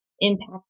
impact